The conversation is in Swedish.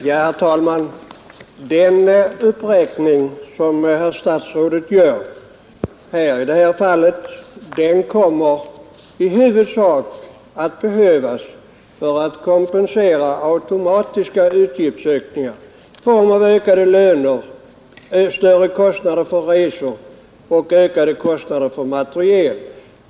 Herr talman! Den uppräkning som herr statsrådet gör i detta fall kommer i huvudsak att behövas för att kompensera automatiska utgiftsökningar i form av ökade löner, större kostnader för resor och ökade kostnader för materiel.